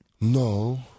No